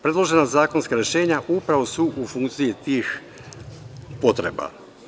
Predložena zakonska rešenja upravo su u funkciji tih potreba.